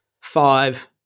five